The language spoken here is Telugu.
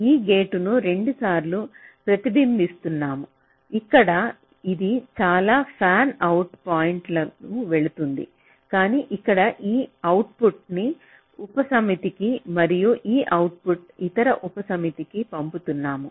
ఈ గేట్ను రెండుసార్లు ప్రతిబింబిస్తున్నాము ఇక్కడ ఇది చాలా ఫ్యాన్అవుట్ పాయింట్లకు వెళుతుంది కానీ ఇక్కడ ఈ అవుట్పుట్ను ఉపసమితికి మరియు ఈ అవుట్పుట్ ఇతర ఉపసమితికి పంపుతున్నాము